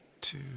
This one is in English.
two